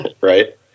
Right